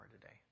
today